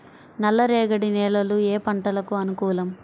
నల్లరేగడి నేలలు ఏ పంటలకు అనుకూలం?